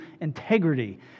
Integrity